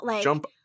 Jump